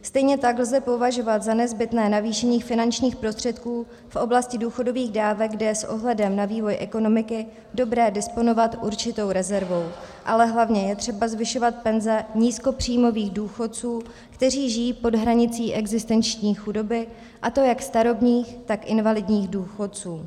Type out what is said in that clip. Stejně tak lze považovat za nezbytné zvýšení finančních prostředků v oblasti důchodových dávek, kde s ohledem na vývoj ekonomiky je dobré disponovat určitou rezervou, ale hlavně je třeba zvyšovat penze nízkopříjmových důchodců, kteří žijí pod hranicí existenční chudoby, a to jak starobních, tak invalidních důchodců.